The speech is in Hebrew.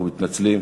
אנחנו מתנצלים,